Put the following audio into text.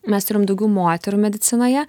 mes turim daugiau moterų medicinoje